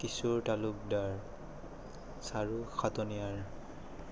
Kishore Talukdar Charu Khataniar